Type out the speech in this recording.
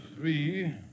three